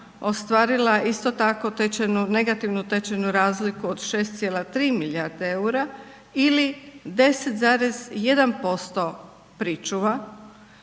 ostvarila isto tako tečajnu, negativnu tečajnu razliku od 6,3 milijarde eura ili 10,1% pričuva.